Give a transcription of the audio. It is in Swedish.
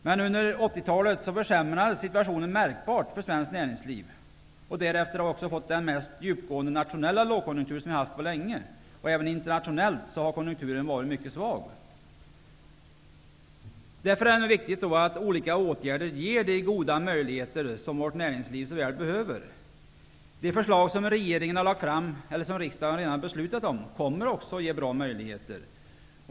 Men under 80-talet försämrades situationen märkbart för svenskt näringsliv. Därefter har vi fått den mest djupgående nationella långkonjunktur som vi har haft på länge. Även internationellt har konjunkturen varit mycket svag. Därför är det viktigt att olika åtgärder ger de goda möjligheter som vårt näringsliv så väl behöver. De förslag som regeringen har lagt fram och som riksdagen redan har beslutat om kommer också att ge bra möjligheter.